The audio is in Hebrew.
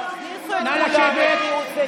נא לשבת.